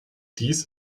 dies